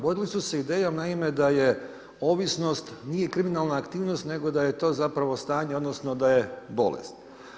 Vodili su se idejom, naime, da je ovisnost nije kriminalna aktivnost nego da je to zapravo stanje, odnosno da je bolest.